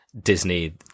Disney